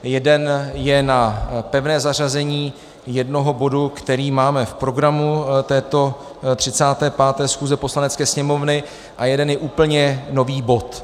Jeden je na pevné zařazení jednoho bodu, který máme v programu této 35. schůze Poslanecké sněmovny, a jeden je úplně nový bod.